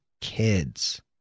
kids